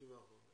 צוהריים טובים.